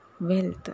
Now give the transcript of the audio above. wealth